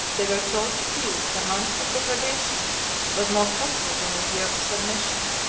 they were taught to feel that a month of depredation was more costly than a year of submission.